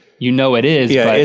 you know it is. yeah,